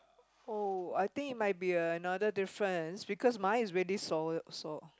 oh I think might be another difference because mine is already sold sold